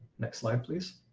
next slide please.